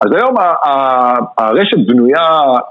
אז היום הרשת בנויה